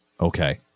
Okay